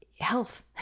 health